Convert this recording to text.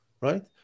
right